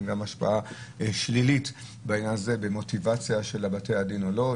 השפעה שלילית במוטיבציה של בתי הדין או לא,